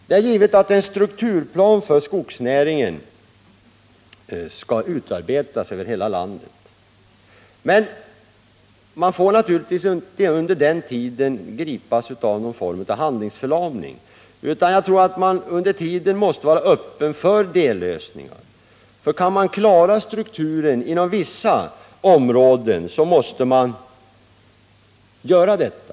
Det är givet att en strukturplan för skogsnäringen skall utarbetas för hela landet, men man får inte under den tiden gripas av någon form av handlingsförlamning utan man måste i stället vara öppen för dellösningar. Kan man klara strukturen inom vissa områden måste man göra det!